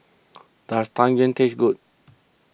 does Tang Yuen taste good